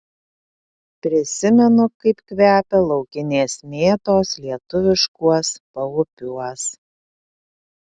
prisimenu kaip kvepia laukinės mėtos lietuviškuos paupiuos